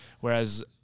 Whereas